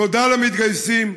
תודה למתגייסים.